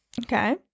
Okay